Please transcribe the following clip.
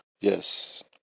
Yes